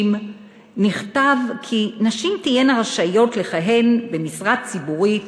נכתב כי נשים תהיינה רשאיות לכהן במשרה ציבורית